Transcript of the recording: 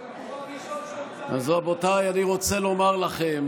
אז רבותיי, אני רוצה לומר לכם